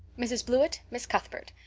mrs. blewett, miss cuthbert.